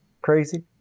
crazy